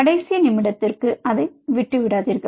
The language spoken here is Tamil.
கடைசி நிமிடத்திற்கு அதை விட்டுவிடாதீர்கள்